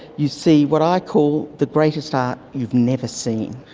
you see what i call the greatest art you've never seen.